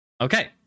Okay